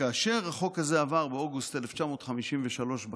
כאשר החוק הזה עבר באוגוסט 1953 בכנסת